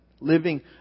Living